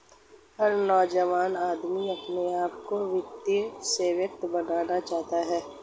हर नौजवान आदमी अपने आप को वित्तीय सेवक बनाना चाहता है